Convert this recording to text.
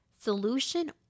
solution